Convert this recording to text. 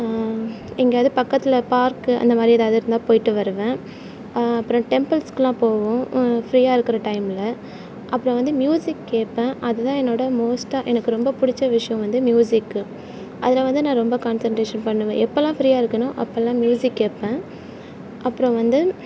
எங்கேயாது பக்கத்தில் பார்க்கு அந்த மாதிரி எதாவது இருந்தால் போயிட்டு வருவேன் அப்புறம் டெம்ப்ல்ஸ்க்குலாம் போகும் ஃப்ரீயாக இருக்கிற டைமில் அப்புறோ வந்து மியூசிக் கேட்பன் அது தான் என்னோடய மோஸ்ட் ஆஃப் எனக்கு ரொம்ப பிடிச்ச விஷயோ வந்து மியூசிக் அதில் வந்து நான் ரொம்ப கான்சென்ட்ரேஷன் பண்ணுவேன் எப்போலாம் ஃப்ரீயாக இருக்கனோ அப்போலாம் மியூசிக் கேட்பன் அப்புறோ வந்து